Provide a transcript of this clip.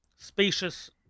spacious